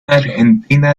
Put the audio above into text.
argentina